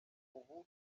ubu